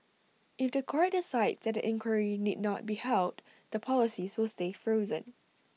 if The Court decides that inquiry need not be held the policies will stay frozen